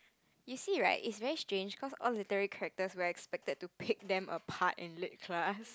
you see right is very strange cause all literally characters we are expected to pick them apart in lit class